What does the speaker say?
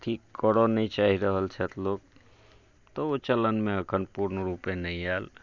कि करऽ नहि चाहि रहल छथि लोक तऽ ओ चलनमे एखन पूर्णरूपेण नहि आयल